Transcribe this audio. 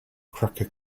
cracker